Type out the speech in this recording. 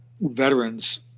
veterans